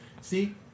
See